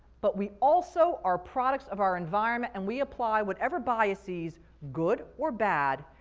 but we also are products of our environment, and we apply whatever biases, good or bad,